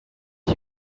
you